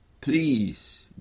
please